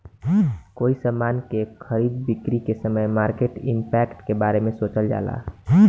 कोई समान के खरीद बिक्री के समय मार्केट इंपैक्ट के बारे सोचल जाला